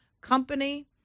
company